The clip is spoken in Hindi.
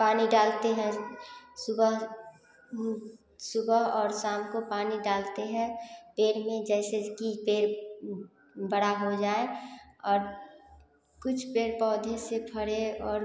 पानी डालते हैं सुबह सुबह और शाम को पानी डालते हैं पेड़ में जैसे कि पेड़ बड़ा हो जाए और कुछ पेड़ पौधे से फले और